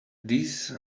these